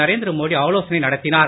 நரேந்திர மோடி ஆலோசனை நடத்தினார்